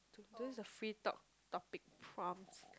to the free talk topic prompts